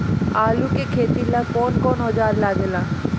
आलू के खेती ला कौन कौन औजार लागे ला?